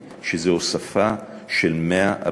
שזו הוספה של 140 תקנים.